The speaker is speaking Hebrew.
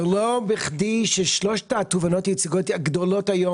זה לא בכדי ששלוש התובענות הייצוגיות הגדולות היום